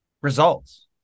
results